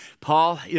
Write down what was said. Paul